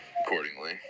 accordingly